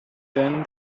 then